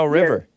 River